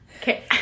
Okay